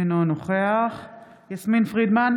אינו נוכח יסמין פרידמן,